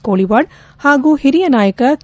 ಕೋಳವಾಡ್ ಹಾಗೂ ಹಿರಿಯ ನಾಯಕ ಕೆ